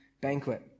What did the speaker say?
banquet